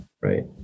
right